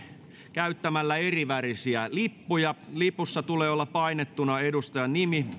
käyttämällä erivärisiä lippuja lipussa tulee olla painettuna edustajan nimi